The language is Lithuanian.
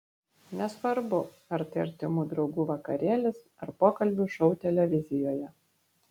nesvarbu ar tai artimų draugų vakarėlis ar pokalbių šou televizijoje